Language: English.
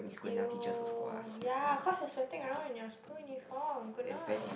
you ya cause you're sweating around in your school uniform goodness